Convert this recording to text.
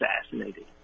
assassinated